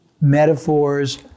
metaphors